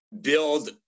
build